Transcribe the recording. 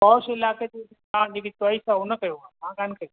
posh इलाइक़े ते त तव्हां जेकी चॉइस आहे उन कयो आहे मां कान कई